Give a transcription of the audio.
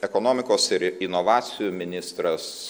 ekonomikos ir inovacijų ministras